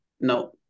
No